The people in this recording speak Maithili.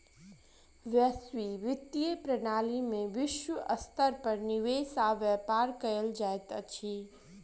वैश्विक वित्तीय प्रणाली में विश्व स्तर पर निवेश आ व्यापार कयल जाइत अछि